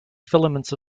filaments